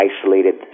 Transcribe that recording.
isolated